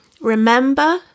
Remember